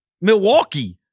Milwaukee